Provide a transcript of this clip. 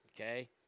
Okay